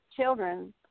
children